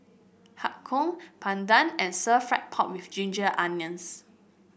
Har Kow bandung and Stir Fried Pork with Ginger Onions